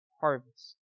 harvest